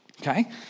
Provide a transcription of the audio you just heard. Okay